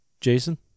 jason